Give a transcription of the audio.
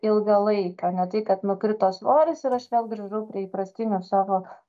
ilgą laiką ne tai kad nukrito svoris ir aš vėl grįžau prie įprastinių savo